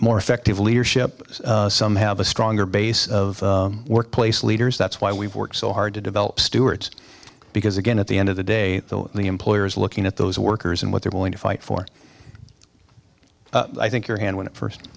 more effective leadership some have a stronger base of workplace leaders that's why we've worked so hard to develop stewards because again at the end of the day the employers looking at those workers and what they're willing to fight for i think your hand when it first